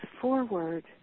forward